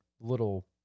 little